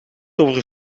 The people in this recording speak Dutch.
over